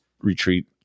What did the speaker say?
retreat